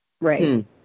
Right